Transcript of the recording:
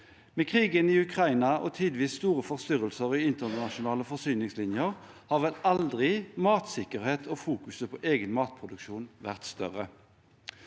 Med krigen i Ukraina og tidvis store forstyrrelser i internasjonale forsyningslinjer har vel aldri matsikkerhet og fokuset på egen matproduksjon vært større.